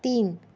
तीन